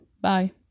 bye